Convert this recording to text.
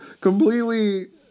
completely